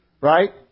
right